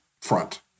front